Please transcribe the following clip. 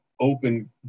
open